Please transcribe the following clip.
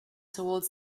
towards